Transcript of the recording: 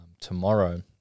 tomorrow